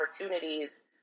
opportunities